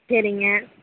சரிங்க